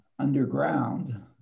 underground